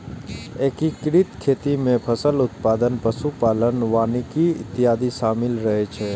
एकीकृत खेती मे फसल उत्पादन, पशु पालन, वानिकी इत्यादि शामिल रहै छै